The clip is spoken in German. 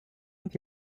und